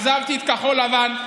עזבתי את כחול לבן,